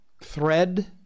thread